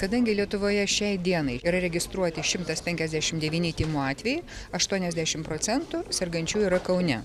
kadangi lietuvoje šiai dienai yra registruoti šimtas penkiasdešim devyni tymų atvejai aštuoniasdešim procentų sergančiųjų yra kaune